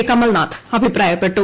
്കമൽനാഥ് അഭിപ്രായപ്പെട്ടു